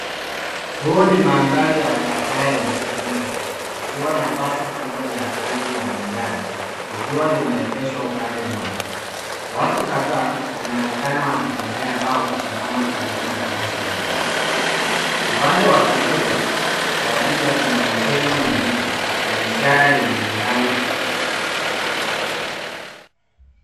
Huu ni mandhari ya barabara yenye shughuli nyingi ikiwa na basi kubwa la rangi la manjano likiwa limeegeshwa upande mmoja. Watu kadhaa wanaonekana wakitembea au kusimama karibu na basi hilo. Upande wa kushoto wa picha kuna majengo na miti na ishara yenye nambari.